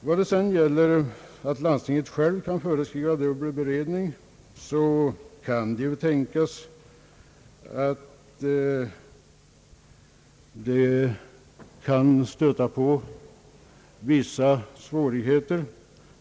Landstinget äger självt föreskriva dubbel beredning, men det kan ju tänkas att detta stöter på vissa svårigheter.